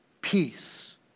peace